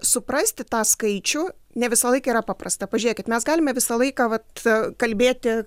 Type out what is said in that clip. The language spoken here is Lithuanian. suprasti tą skaičių ne visąlaik yra paprasta pažiūrėkit mes galime visą laiką vat kalbėti